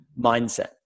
mindset